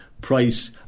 price